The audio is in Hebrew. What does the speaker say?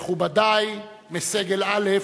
מכובדי מסגל א',